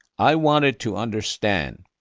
i wanted to understand.